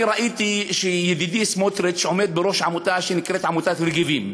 אני ראיתי שידידי סמוטריץ עומד בראש עמותה שנקראת "רגבים".